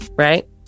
Right